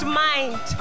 mind